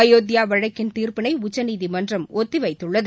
அயோத்தியா வழக்கின் தீர்ப்பினை உச்சநீதிமன்றம் ஒத்திவைத்துள்ளது